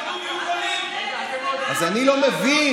אז אני לא מבין,